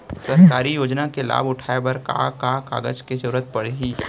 सरकारी योजना के लाभ उठाए बर का का कागज के जरूरत परही